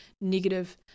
negative